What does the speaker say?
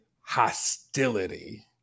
hostility